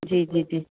जी जी जी